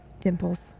Dimples